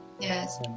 Yes